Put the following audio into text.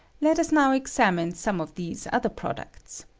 let us now examine some of these other products.